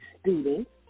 students